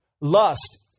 lust